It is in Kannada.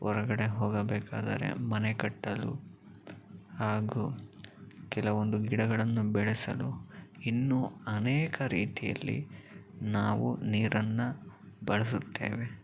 ಹೊರಗಡೆ ಹೋಗಬೇಕಾದರೆ ಮನೆ ಕಟ್ಟಲು ಹಾಗೂ ಕೆಲವೊಂದು ಗಿಡಗಳನ್ನು ಬೆಳೆಸಲು ಇನ್ನೂ ಅನೇಕ ರೀತಿಯಲ್ಲಿ ನಾವು ನೀರನ್ನು ಬಳಸುತ್ತೇವೆ